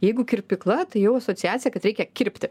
jeigu kirpykla tai jau asociacija kad reikia kirpti